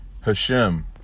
Hashem